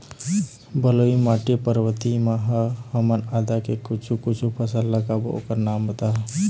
बलुई माटी पर्वतीय म ह हमन आदा के कुछू कछु फसल लगाबो ओकर नाम बताहा?